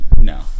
no